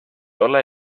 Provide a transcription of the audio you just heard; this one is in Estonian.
ole